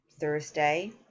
Thursday